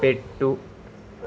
పెట్టు